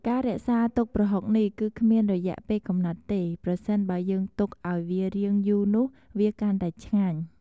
ការរក្សាទុកប្រហុកនេះ គឺគ្មានរយៈពេលកំណត់ទេ ប្រសិនបើយើងទុកឱ្យវារៀងយូនោះវាកាន់តែឆ្ងាញ់ ។